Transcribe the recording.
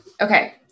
Okay